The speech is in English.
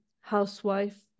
housewife